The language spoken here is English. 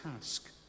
task